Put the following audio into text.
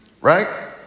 Right